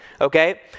okay